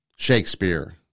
Shakespeare